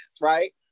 right